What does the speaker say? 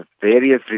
various